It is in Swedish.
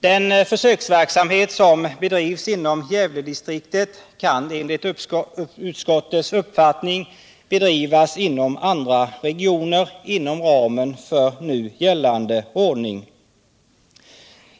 Den försöksverksamhet som bedrivs inom Gävledistriktet kan enligt utskottets uppfattning bedrivas inom andra regioner inom ramen för nu gällande ordning.